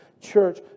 Church